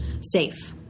safe